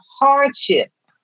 hardships